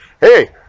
hey